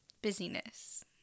Busyness